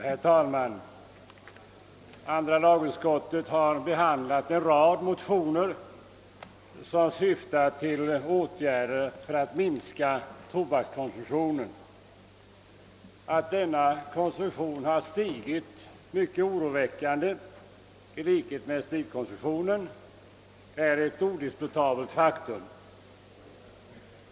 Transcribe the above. Herr talman! Andra lagutskottet har behandlat en rad motioner som syftar till åtgärder för att minska tobakskonsumtionen. Att denna konsumtion i likhet med spritkonsumtionen har stigit mycket oroväckande är ett odiskutabelt faktum.